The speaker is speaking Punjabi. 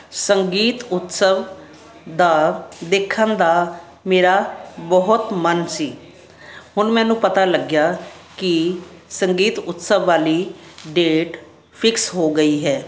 ਸੰਗੀਤ ਉਤਸਵ ਦਾ ਦੇਖਣ ਦਾ ਮੇਰਾ ਬਹੁਤ ਮਨ ਸੀ ਹੁਣ ਮੈਨੂੰ ਪਤਾ ਲੱਗਿਆ ਕਿ ਸੰਗੀਤ ਉਤਸਵ ਵਾਲੀ ਡੇਟ ਫਿਕਸ ਹੋ ਗਈ ਹੈ